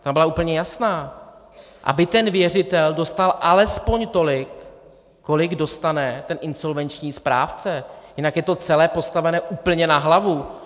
Ta byla úplně jasná, aby věřitel dostal alespoň tolik, kolik dostane insolvenční správce, jinak je to celé postavené úplně na hlavu.